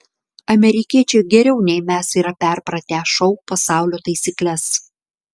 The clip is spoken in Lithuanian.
amerikiečiai geriau nei mes yra perpratę šou pasaulio taisykles